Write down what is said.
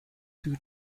two